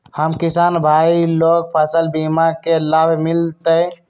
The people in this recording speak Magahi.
हम किसान भाई लोग फसल बीमा के लाभ मिलतई?